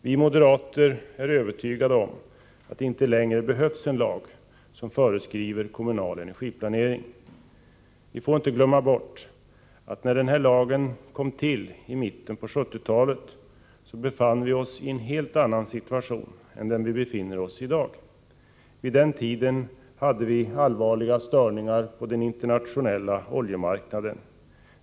Vi moderater är övertygade om att det inte längre behövs en lag som föreskriver kommunal energiplanering. Vi får inte glömma bort att när den här lagen tillkom i mitten av 1970-talet så befann vi oss i en helt annan situation än den vi i dag befinner oss i. Vid den tiden hade vi allvarliga störningar på den internationella oljemarknaden.